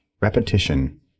repetition